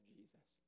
Jesus